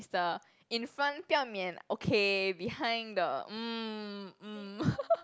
is the in front 票面 okay behind the mm mm